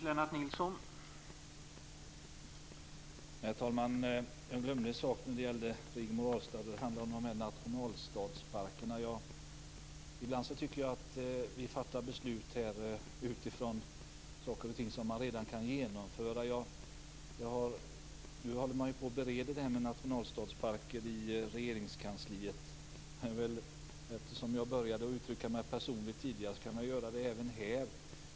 Herr talman! Jag glömde en sak när det gällde Rigmor Ahlstedt, och det handlade om nationalstadsparkerna. Nu bereder man frågan om nationalstadsparker i Regeringskansliet. Eftersom jag började uttrycka mig personligt tidigare kan jag göra det även här.